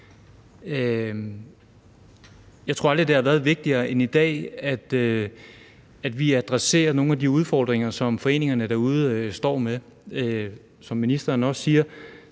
Jeg tror aldrig, det har været vigtigere end i dag, at vi adresserer nogle af de udfordringer, som foreningerne derude står med. Som ministeren også siger,